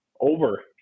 over